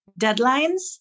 Deadlines